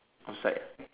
outside